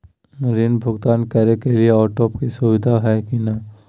ऋण भुगतान करे के लिए ऑटोपे के सुविधा है की न?